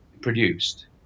produced